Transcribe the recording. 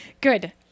Good